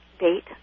date